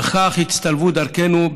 וכך הצטלבו דרכינו,